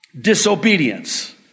disobedience